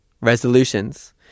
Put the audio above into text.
resolutions